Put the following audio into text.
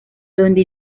donde